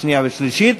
שנייה ושלישית,